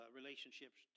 relationships